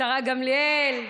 השרה גמליאל,